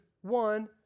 one